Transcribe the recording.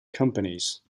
companies